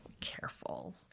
careful